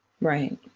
Right